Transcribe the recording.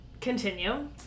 continue